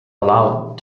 allowed